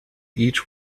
each